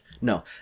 No